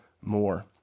more